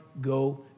go